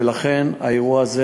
ולכן האירוע הזה,